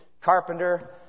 carpenter